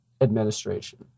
Administration